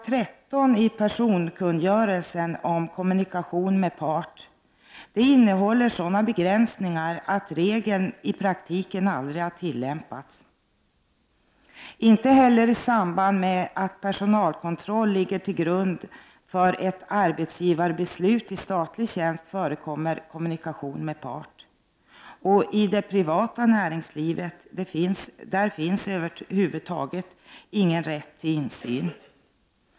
13§ i personkungörelsen om kommunikation med part innehåller sådana begränsningar att regeln i praktiken aldrig har tillämpats. Inte heller i samband med att personalkontroll ligger till grund för ett arbetsgivarbeslut i statlig tjänst förekommer kommunikation med part. I det privata näringslivet finns över huvud taget inte någon rätt till insyn.